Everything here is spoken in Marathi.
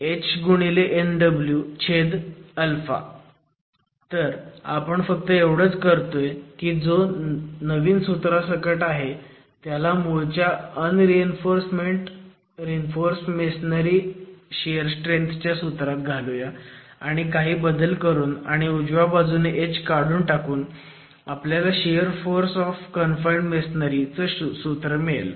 0NwAw1Aw तर आपण फक्त एवढंच करतोय की जो नवीन सूत्रासकट आहे त्याला मूळच्या अनरीइन्फोर्स मेसोनरी शियर स्ट्रेंथ च्या सूत्रात घालूया आणि काही बदल करून आणि उजव्या बाजूने H काढून टाकून आपल्याला shear force of confined masonry चं सूत्र मिळेल